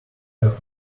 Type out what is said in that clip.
have